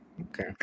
Okay